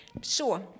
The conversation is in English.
Sure